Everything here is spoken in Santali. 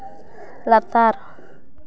ᱞᱟᱛᱟᱨ